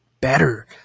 better